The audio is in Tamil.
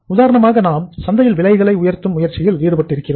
உதாரணமாக நாம் சந்தையில் விலைகளை உயர்த்தும் முயற்சியில் ஈடுபட்டிருக்கிறோம்